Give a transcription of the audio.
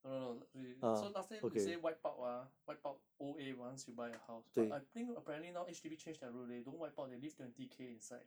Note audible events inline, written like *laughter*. no no no *noise* so last time they say wipe out mah wipe out O_A once you buy a house but I think apparently now H_D_B change their rule leh they don't wipe out they leave twenty K inside